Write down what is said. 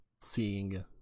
seeing